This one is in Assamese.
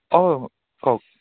অঁ কওক